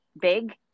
big